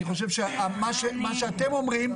אני חושב שמה שאתם אומרים,